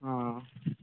ꯑꯥ